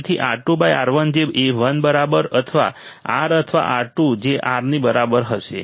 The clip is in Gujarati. તેથી R2 R1 જે 1 બરાબર અથવા R અથવા R 2 જે R ની બરાબર હશે